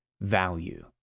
value